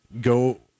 go